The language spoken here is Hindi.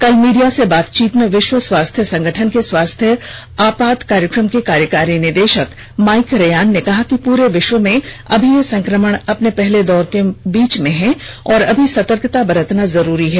कल मीडिया से बातचीत में विश्व स्वास्थ्य संगठन के स्वास्थ्य आपात कार्यक्रम के कार्यकारी निदेशक माइक रेयान ने कहा कि पूरे विश्व में अभी यह संक्रमण अपने पहले दौर के मध्य में है और अभी सतर्कता बरतना जरूरी है